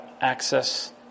access